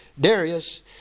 Darius